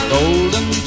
Golden